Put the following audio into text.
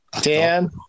Dan